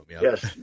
Yes